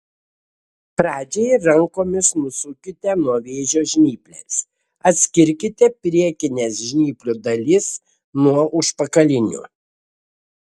pradžiai rankomis nusukite nuo vėžio žnyples atskirkite priekines žnyplių dalis nuo užpakalinių